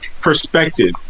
perspective